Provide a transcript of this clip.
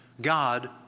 God